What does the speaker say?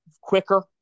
quicker